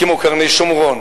כמו קרני-שומרון,